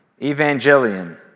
Evangelion